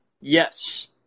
Yes